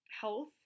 health